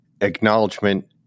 acknowledgement